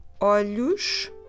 olhos